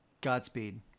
Godspeed